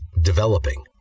developing